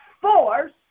force